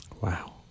Wow